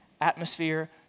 atmosphere